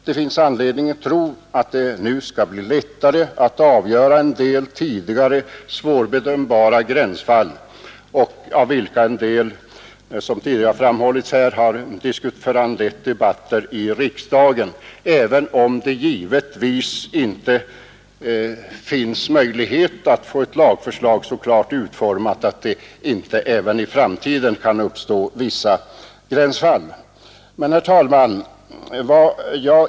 Det finns anledning att tro att det nu skall bli lättare att avgöra en del tidigare svårbedömda gränsfall, av vilka en del, som jag tidigare framhållit, föranlett debatter i riksdagen, även om det givetvis inte finns möjligheter att få ett lagförslag så klart utformat att det inte även i framtiden kan uppstå vissa gränsfall.